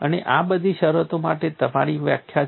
અને આ બધી શરતો માટે તમારી પાસે વ્યાખ્યા છે